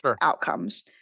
outcomes